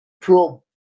pro